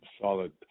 solid